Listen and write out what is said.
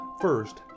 First